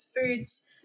foods